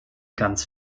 ganz